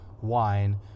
wine